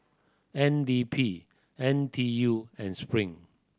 N D P N T U and Spring